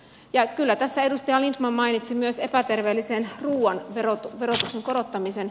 ja kyllä tässä edustaja lindtman mainitsi myös epäterveellisen ruuan verotuksen korottamisen